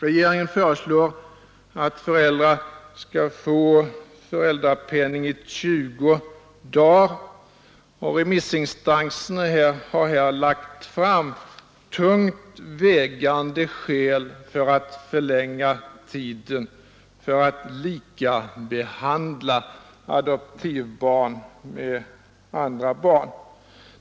Regeringen föreslår att föräldrar skall få föräldrapenning i 20 dagar, men remissinstanserna har här lagt fram tungt vägande skäl till att förlänga tiden för att likabehandla adoptivbarn med andra barn.